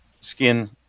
skin